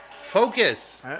focus